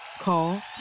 Call